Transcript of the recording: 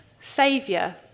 saviour